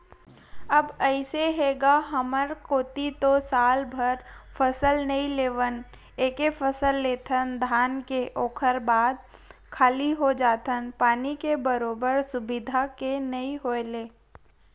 अब अइसे हे गा हमर कोती तो सालभर फसल नइ लेवन एके फसल लेथन धान के ओखर बाद खाली हो जाथन पानी के बरोबर सुबिधा के नइ होय ले